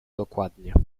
dokładnie